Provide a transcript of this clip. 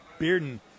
Bearden